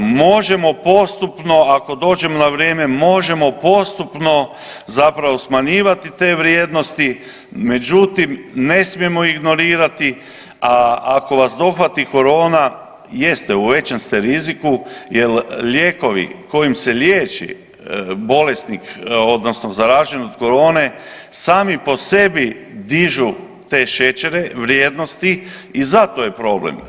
Možemo postupno ako dođemo na vrijeme, možemo postupno zapravo smanjivati te vrijednosti međutim ne smijemo ignorirati, a ako vas dohvati korona, jeste u većem ste riziku jer lijekovi kojim se liječi bolesnik odnosno zaražen od korone sami po sebi dižu te šećere, vrijednosti i zato je problem.